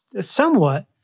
somewhat